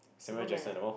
Superman ah